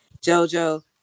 JoJo